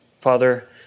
Father